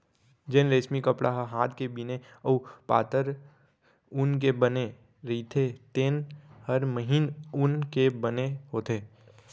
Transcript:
जेन रेसमी कपड़ा ह हात के बिने अउ पातर ऊन के बने रइथे तेन हर महीन ऊन के बने होथे